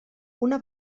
una